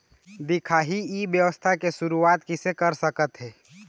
दिखाही ई व्यवसाय के शुरुआत किसे कर सकत हे?